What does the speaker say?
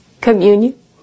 communion